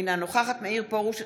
אינה נוכחת מאיר פרוש,